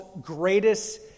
greatest